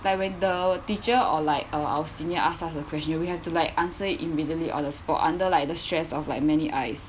like when the teacher or like our our senior ask us a question we have to like answer immediately on the spot under like the stress of like many eyes